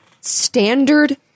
standard